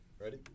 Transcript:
Ready